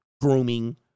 grooming